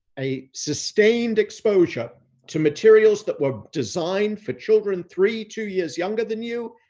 a sustained exposure to materials that were designed for children three, two years younger than you,